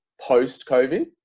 post-COVID